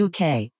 UK